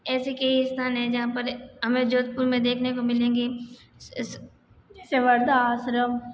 ऐसे कई स्थान हैं जहाँ पर हमें जोधपुर में देखने को मिलेंगे जैसे वृद्धाश्रम